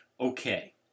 Okay